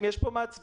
יש פה מעצבים,